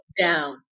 down